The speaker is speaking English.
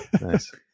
Nice